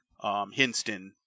Hinston